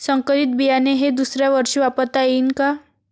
संकरीत बियाणे हे दुसऱ्यावर्षी वापरता येईन का?